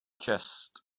chest